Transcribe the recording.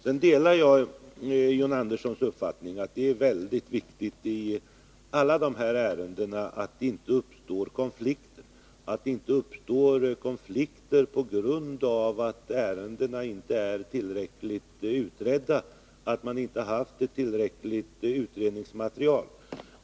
Vidare delar jag John Anderssons uppfattning att det är väldigt viktigt i alla ärenden av detta slag att det inte uppstår konflikter på grund av att ärendena inte är tillräckligt utredda eller på grund av att man inte haft ett tillräckligt utredningsmaterial.